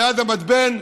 ליד המתבן,